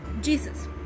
jesus